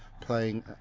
playing